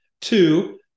Two